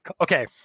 Okay